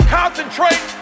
concentrate